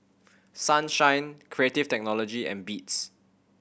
Sunshine Creative Technology and Beats